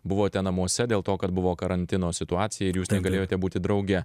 buvote namuose dėl to kad buvo karantino situacija ir jūs negalėjote būti drauge